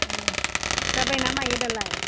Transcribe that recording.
जाबायना मायो दालाय